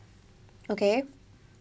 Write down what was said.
okay